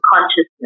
consciousness